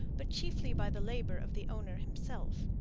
but chiefly by the labour of the owner himself.